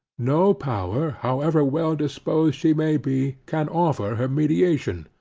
no power, however well disposed she may be, can offer her mediation.